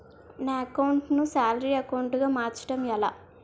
నా అకౌంట్ ను salary account గా మార్చటం ఎలా?